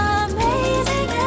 amazing